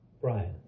Brian